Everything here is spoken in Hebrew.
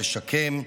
לשקם,